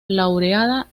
laureada